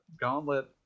Gauntlet